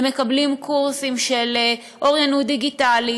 מקבלים קורסים של אוריינות דיגיטלית,